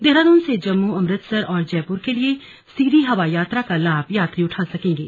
देहरादून से जम्मू अमृतसर और जयपुर के लिए सीधी हवाई यात्रा का लाभ यात्री उठा सकेंगे